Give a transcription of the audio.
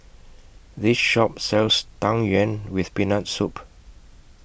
This Shop sells Tang Yuen with Peanut Soup